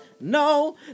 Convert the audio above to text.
no